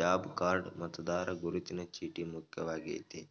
job card ಮತದಾರರ ಗುರುತಿನ ಚೀಟಿ ಮುಖ್ಯವಾಗಯ್ತೆ